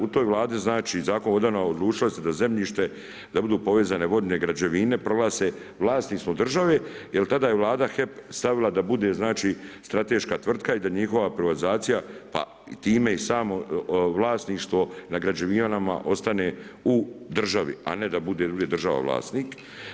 U toj Vladi, znači Zakon o vodama odlučilo se da zemljište da ne budu povezane vodne građevine, proda se vlasništvo države, jer tada je Vlada HEP stavila da bude znači strateška tvrtka i da njihova privatizacija, pa i time i samo vlasništvo na građevinama ostane u države, a ne da bude druga država vlasnik.